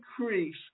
increase